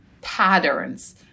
patterns